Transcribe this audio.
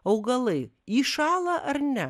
augalai įšąla ar ne